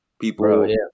People